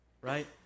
right